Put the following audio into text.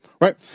right